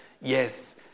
Yes